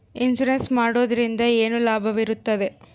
Insurance ಮಾಡೋದ್ರಿಂದ ಏನು ಲಾಭವಿರುತ್ತದೆ?